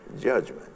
judgment